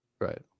Right